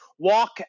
Walk